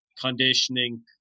conditioning